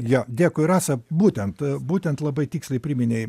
jo dėkui rasa būtent būtent labai tiksliai priminei